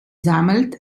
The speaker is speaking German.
sammelt